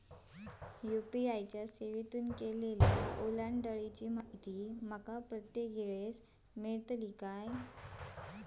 UPI च्या सेवेतून केलेल्या ओलांडाळीची माहिती माका प्रत्येक वेळेस मेलतळी काय?